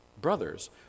brothers